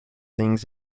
things